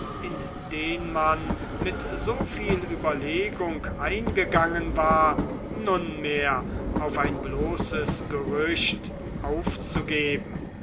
in den man mit so viel überlegung eingegangen war nunmehr auf ein bloßes gerücht aufzugeben